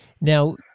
now